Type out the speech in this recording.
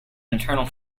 internal